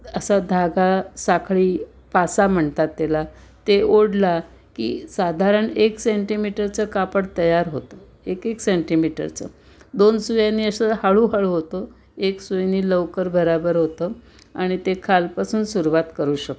असा धागा साखळी पासा म्हणतात त्याला ते ओढला की साधारण एक सेंटीमीटरचं कापड तयार होतं एक एक सेंटीमीटरचं दोन सुयांनी असं हळूहळू होतं एक सुईने लवकर भराभर होतं आणि ते खालपासून सुरवात करू शकतो